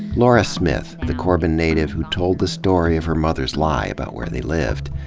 lora smith, the corbin native who told the story of her mother's lie about where they lived.